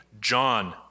John